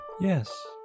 Yes